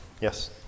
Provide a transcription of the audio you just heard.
Yes